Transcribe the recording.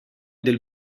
del